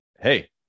Hey